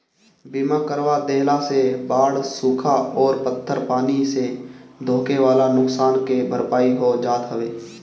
बीमा करवा देहला से बाढ़ सुखा अउरी पत्थर पानी से होखेवाला नुकसान के भरपाई हो जात हवे